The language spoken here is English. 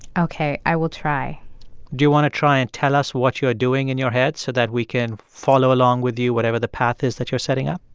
ok. i will try do you want to try and tell us what you are doing in your head so that we can follow along with you, whatever the path is that you're setting up?